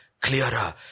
clearer